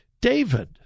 David